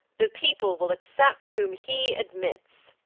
the people will accept whom he admits.